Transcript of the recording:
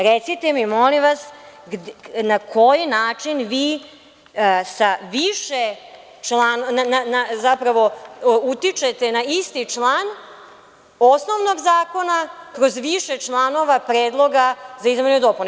Recite mi, molim vas, na koji način vi sa više, zapravo utičete na isti član osnovnog zakona kroz više članova predloga za izmene i dopune?